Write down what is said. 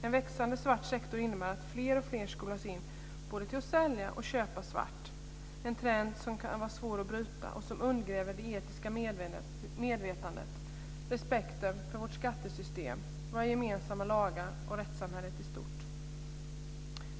En växande svart sektor innebär att fler och fler skolas in i att både sälja och köpa svart - en trend som kan vara svår att bryta och som undergräver det etiska medvetandet och respekten för vårt skattesystem, våra gemensamma lagar och rättssamhället i stort.